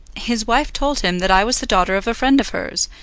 his wife told him that i was the daughter of a friend of hers,